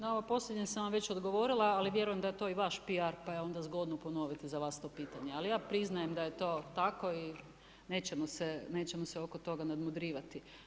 Na ovom posljednje sam vam već odgovorila ali vjerujem da je to i vaš pijar pa je onda zgodno ponoviti za vas to pitanje, ali ja priznajem da je to tako i nećemo se oko toga nadmudrivati.